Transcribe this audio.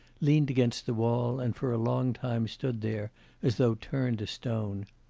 leaned against the wall, and for a long time stood there as though turned to stone.